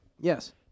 Yes